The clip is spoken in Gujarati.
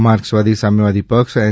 માર્કસવાદી સામ્યવાદી પક્ષ એન